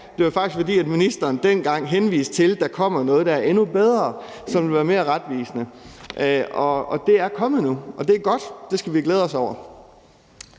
det var faktisk, fordi ministeren dengang henviste til, at der kommer noget, der er endnu bedre, og som vil være mere retvisende. Det er kommet nu, og det er godt. Det skal vi glæde os over.